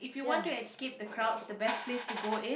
if you want to escape the crowd the best place to go is